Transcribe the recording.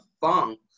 funk